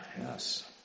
Yes